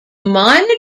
minor